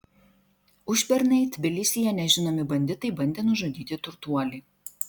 užpernai tbilisyje nežinomi banditai bandė nužudyti turtuolį